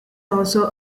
also